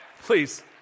Please